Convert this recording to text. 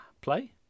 Play